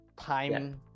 time